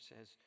says